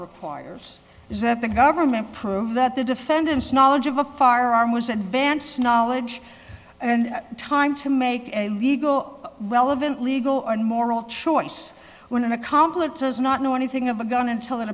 requires is that the government prove that the defendant's knowledge of a firearm was advance knowledge and time to make a legal relevant legal and moral choice when an accomplice does not know anything of a gun until it